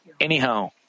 Anyhow